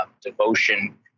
devotion